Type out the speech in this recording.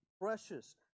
precious